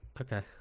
Okay